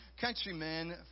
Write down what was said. countrymen